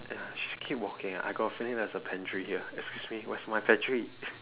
ya she's keep walking I got a feeling there's a pantry here excuse me where's my pantry